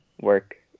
work